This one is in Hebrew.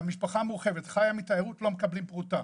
חיה מתיירות לא מקבלות פרוטה.